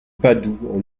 padoue